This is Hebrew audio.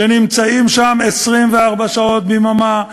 שנמצאים שם 24 שעות ביממה,